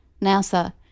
NASA